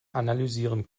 analysieren